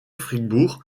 fribourg